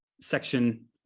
section